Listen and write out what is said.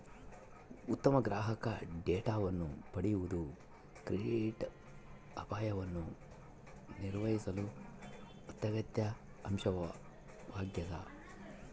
ಉತ್ತಮ ಗ್ರಾಹಕ ಡೇಟಾವನ್ನು ಪಡೆಯುವುದು ಕ್ರೆಡಿಟ್ ಅಪಾಯವನ್ನು ನಿರ್ವಹಿಸಲು ಅತ್ಯಗತ್ಯ ಅಂಶವಾಗ್ಯದ